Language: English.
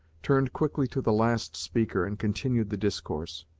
turned quickly to the last speaker and continued the discourse.